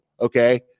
Okay